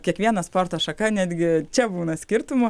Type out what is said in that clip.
kiekviena sporto šaka netgi čia būna skirtumų